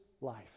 life